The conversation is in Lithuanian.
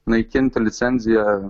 naikinti licenziją